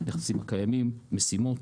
משימות,